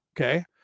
Okay